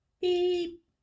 beep